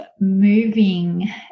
moving